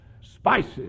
spices